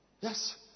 Yes